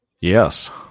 yes